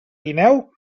guineu